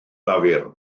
lafur